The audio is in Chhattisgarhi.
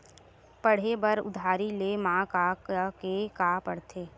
पढ़े बर उधारी ले मा का का के का पढ़ते?